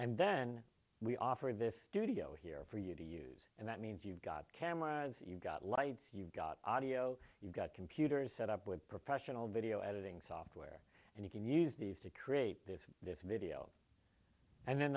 and then we offer this studio here for you to use and that means you've got cameras you've got lights you've got audio you've got computers set up with professional video editing software and you can use these to create this this video